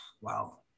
Wow